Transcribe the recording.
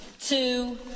two